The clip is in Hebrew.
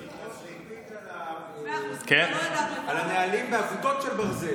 יש לציין שהיושב-ראש מקפיד על הנהלים בעבותות של ברזל.